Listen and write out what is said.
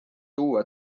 tuua